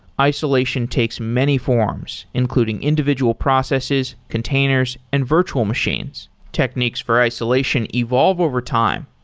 isolation takes many forms, including individual processes, containers and virtual machines. techniques for isolation evolve overtime,